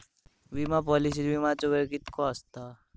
विमा पॉलिसीत विमाचो वेळ कीतको आसता?